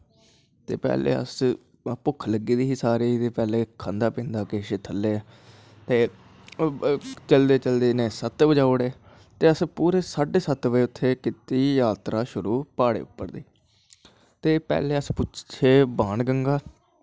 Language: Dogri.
पैह्लैं असें ई भुक्ख लग्गी दी ही सारें गी ते पैह्लें खाद्धा पीता किश पैह्लैं ते चलदे चलदे इनें सत्त बज़ाई ओड़े ते अस पूरा साढे सत्त बजे कीती शुरु जात्तर उप्पर दी ते पैह्लें अस पुज्जे बाण गंगा